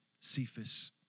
Cephas